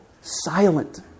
silent